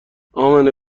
امنه